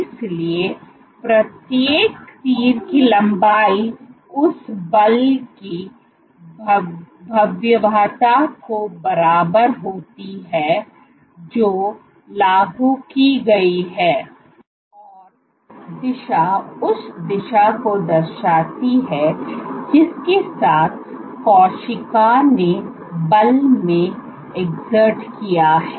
इसलिए प्रत्येक तीर की लंबाई उस बल की भयावहता के बराबर होती है जो लागू की गई है और दिशा उस दिशा को दर्शाती है जिसके साथ कोशिका ने बल में एक्सर्ट किया है